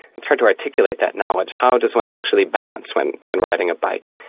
it's hard to articulate that knowledge how does one actually balance when when riding a bike?